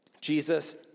Jesus